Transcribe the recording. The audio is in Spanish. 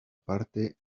parte